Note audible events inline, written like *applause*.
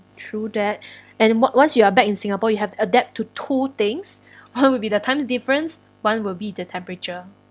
true that *breath* and on~ once you are back in singapore you have to adapt to two things *laughs* one would be the time difference one will be the temperature